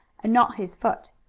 and not his foot.